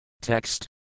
Text